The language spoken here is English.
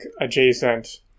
adjacent